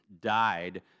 died